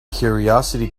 curiosity